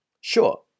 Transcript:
Sure